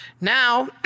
Now